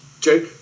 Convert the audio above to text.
Jake